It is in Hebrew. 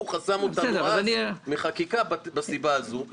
הוא חסם אותנו אז מחקיקה מהסיבה הזו,